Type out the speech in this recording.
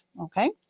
Okay